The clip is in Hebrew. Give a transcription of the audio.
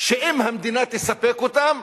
שאם המדינה תספק אותם,